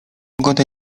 pogoda